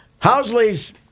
Housley's